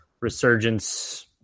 resurgence